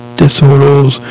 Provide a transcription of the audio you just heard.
disorders